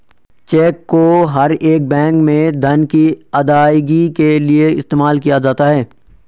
check को हर एक बैंक में धन की अदायगी के लिये इस्तेमाल किया जाता है